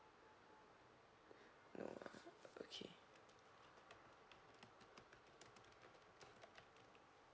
no ah okay